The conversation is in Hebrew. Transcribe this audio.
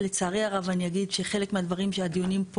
לצערי הרב אני אגיד שחלק מהדברים שהדיונים פה